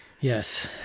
Yes